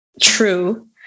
true